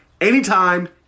anytime